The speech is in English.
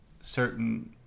certain